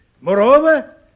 Moreover